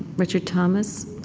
richard thomas